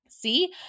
See